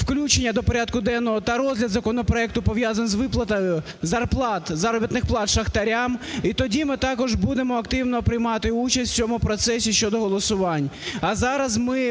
включення до порядку денного та розгляд законопроекту пов'язаного з виплатою зарплат, заробітних плат шахтарям, і тоді ми також будемо активно приймати участь в цьому процесі щодо голосувань.